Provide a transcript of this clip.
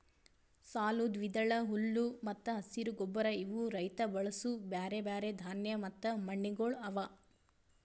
ಸಾಲು, ದ್ವಿದಳ, ಹುಲ್ಲು ಮತ್ತ ಹಸಿರು ಗೊಬ್ಬರ ಇವು ರೈತ ಬಳಸೂ ಬ್ಯಾರೆ ಬ್ಯಾರೆ ಧಾನ್ಯ ಮತ್ತ ಮಣ್ಣಗೊಳ್ ಅವಾ